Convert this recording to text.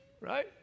Right